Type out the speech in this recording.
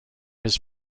his